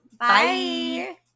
Bye